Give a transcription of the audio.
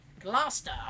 Gloucester